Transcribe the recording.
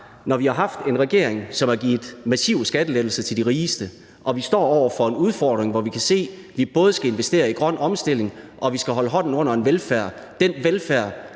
når vi har haft en regering, som har givet massive skattelettelser til de rigeste, og vi står over for en udfordring, hvor vi kan se, at vi både skal investere i grøn omstilling og holde hånden under en velfærd – den velfærd,